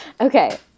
Okay